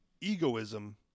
egoism